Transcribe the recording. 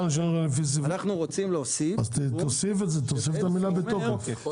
אז תוסיף את המילה 'בתוקף'.